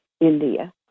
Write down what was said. India